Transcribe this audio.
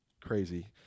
crazy